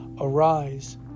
Arise